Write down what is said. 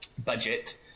budget